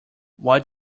what